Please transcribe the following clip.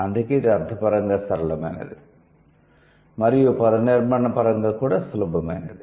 అందుకే ఇది అర్థపరంగా సరళమైనది మరియు పదనిర్మాణపరంగా కూడా సులభమైనది